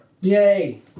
Yay